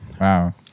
Wow